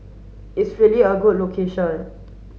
it's really a good location